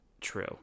true